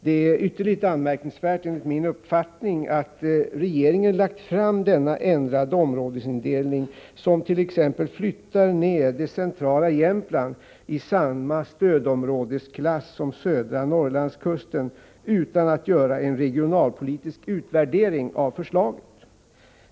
Det är ytterligt anmärkningsvärt enligt min uppfattning att regeringen lagt fram förslaget om denna ändrade områdesindelning, som t.ex. flyttar ned det centrala Jämtland i samma stödområdesklass som södra Norrlandskusten, utan att göra en regionalpolitisk utvärdering av förslaget.